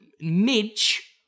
midge